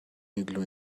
igloo